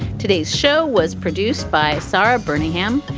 today's show was produced by sara burnham.